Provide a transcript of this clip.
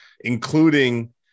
including